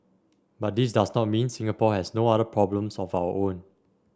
but this does not mean Singapore has no other problems of our own